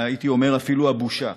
הייתי אומר אפילו הבושה,